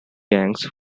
gangs